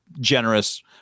generous